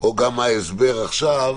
או ההסבר עכשיו